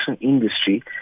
industry